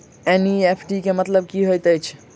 NEFT केँ मतलब की हएत छै?